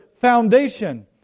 foundation